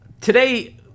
today